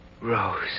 Rose